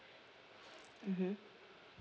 mmhmm